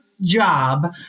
job